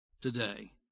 today